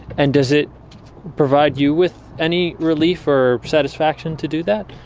and does it provide you with any relief or satisfaction to do that?